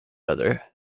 other